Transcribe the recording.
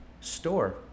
store